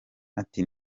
ati